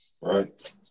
Right